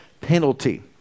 penalty